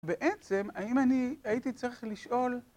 בעצם האם אני הייתי צריך לשאול